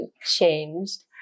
changed